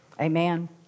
Amen